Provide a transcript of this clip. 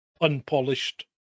unpolished